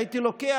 הייתי לוקח,